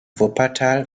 wuppertal